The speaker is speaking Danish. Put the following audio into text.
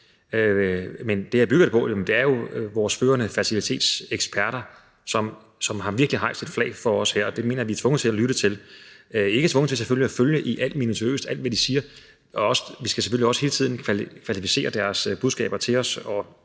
Men det, jeg bygger det på, er jo, at vores førende fertilitetseksperter virkelig har hejst et flag over for os her, og det mener jeg at vi er tvunget til at lytte til – men vi er selvfølgelig ikke tvunget til minutiøst at følge alt, hvad de siger. Vi skal selvfølgelig også hele tiden kvalificere deres budskaber til os